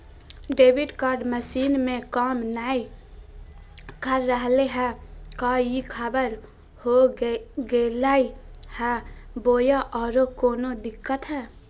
Debit card machine में काम नाय कर रहले है, का ई खराब हो गेलै है बोया औरों कोनो दिक्कत है?